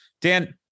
Dan